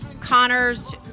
Connor's